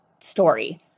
story